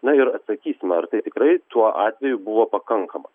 na ir atsakysime ar tai tikrai tuo atveju buvo pakankama